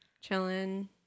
Chilling